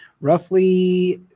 roughly